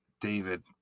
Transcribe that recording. David